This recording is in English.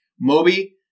Moby